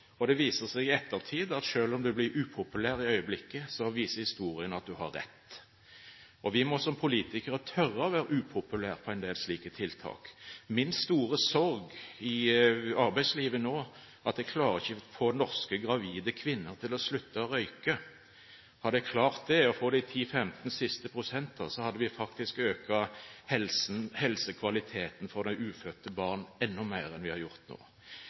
tiden. Det viser seg i ettertid at selv om presidenten ble upopulær i øyeblikket, viser historien at han har rett. Vi må som politikere tørre å være upopulære når det gjelder en del slike tiltak. Min store sorg i arbeidslivet nå er at jeg ikke klarer å få norske gravide kvinner til å slutte å røyke. Hadde jeg klart det – de siste 10–15 pst. – hadde vi økt helsekvaliteten for de ufødte barna enda mer enn vi har gjort nå.